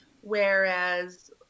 whereas